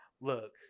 Look